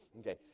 okay